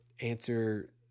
answer